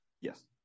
Yes